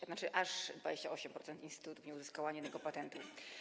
To znaczy aż 28% instytutów nie uzyskało ani jednego patentu.